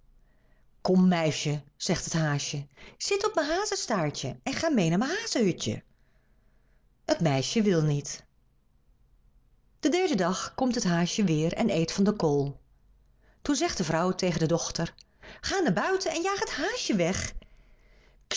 kom meisje zegt t haasje zit op mijn hazestaartje en ga mee naar mijn hazehutje t meisje wil niet den derden dag komt t haasje weer en eet van de kool toen zegt de vrouw tegen de dochter ga naar buiten en jaag t haasje weg